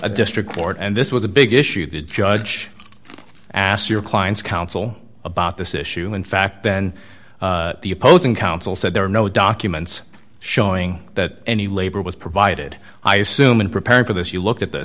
a district court and this was a big issue did judge ask your clients counsel about this issue in fact then the opposing counsel said there were no documents showing that any labor was provided i assume in preparing for this you look at th